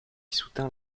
soutint